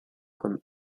comme